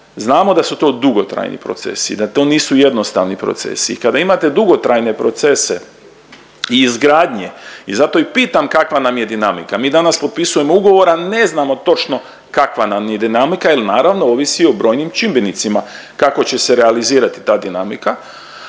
Znamo da su to dugotrajni procesi i da to nisu jednostavni procesi i kada imate dugotrajne procese i izgradnje i zato i pitam kakva nam je dinamika. Mi danas potpisujemo ugovor, a ne znamo točno kakva nam je dinamika jer naravno ovisi o brojnim čimbenicima kako će se realizirati ta dinamika.